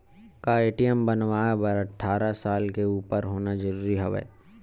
का ए.टी.एम बनवाय बर अट्ठारह साल के उपर होना जरूरी हवय?